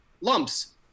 lumps